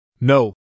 No